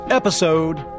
episode